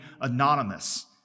anonymous